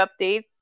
updates